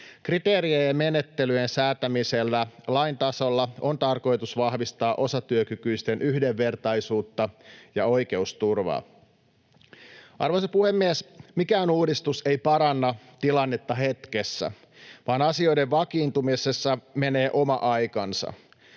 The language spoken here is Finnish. Kriteerien ja menettelyjen säätämisellä lain tasolla on tarkoitus vahvistaa osatyökykyisten yhdenvertaisuutta ja oikeusturvaa. Arvoisa puhemies! Mikään uudistus ei paranna tilannetta hetkessä, vaan asioiden vakiintumisessa menee oma aikansa.